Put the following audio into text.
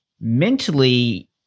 mentally